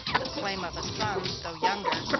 the claim of a son, though younger,